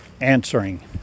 answering